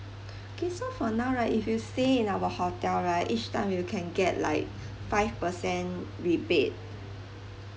okay so for now right if you stay in our hotel right each time you can get like five percent rebate